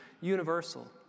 universal